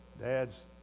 Dads